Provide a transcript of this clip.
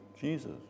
Jesus